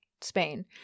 Spain